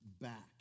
back